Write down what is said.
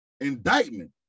indictment